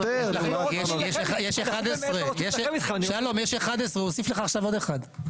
שלום יש 11, הוא הוסיף לך עכשיו עוד אחת.